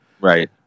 Right